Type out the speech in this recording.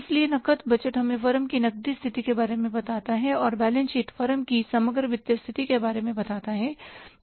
इसलिए नकद बजट हमें फर्म की नकदी स्थिति के बारे में बताता है और बैलेंस शीट फर्म की समग्र वित्तीय स्थिति के बारे में बताता है